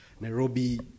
nairobi